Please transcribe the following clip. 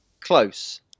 close